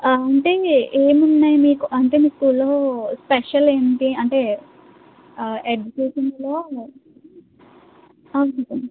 అంటే ఏమి ఉన్నాయి మీకు అంటే మీ స్కూల్లో స్పెషల్ ఏంటి అంటే అడ్మిషన్స్లో అవును